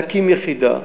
נקים יחידה,